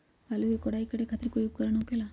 आलू के कोराई करे खातिर कोई उपकरण हो खेला का?